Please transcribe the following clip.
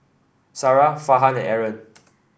Sarah Farhan and Aaron